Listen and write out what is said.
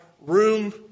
room